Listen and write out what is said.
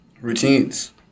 routines